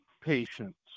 patients